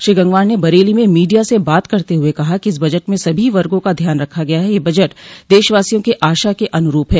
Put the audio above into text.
श्री गंगवार ने बरेली म मीडिया से बात करते हुए कहा कि इस बजट में सभी वर्गो का ध्यान रखा गया है यह बजट देशवासियों के आशा के अनुरूप है